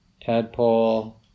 tadpole